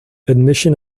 admission